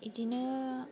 इदिनो